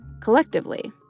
collectively